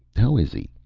how is he?